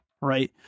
Right